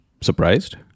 surprised